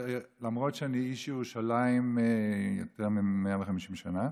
למרות שאני איש ירושלים יותר מ-150 שנה,